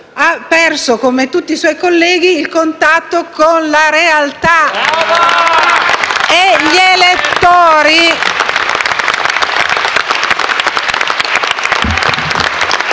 ha perso, come tutti i suoi colleghi, il contatto con la realtà*.